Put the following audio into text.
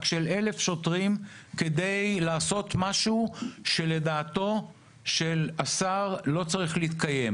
של אלף שוטרים כדי לעשות משהו שלדעתו של השר לא צריך להתקיים.